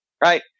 right